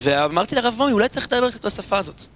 ואמרתי לרב ואומי, הוא לא צריך להיבקש את השפה הזאת.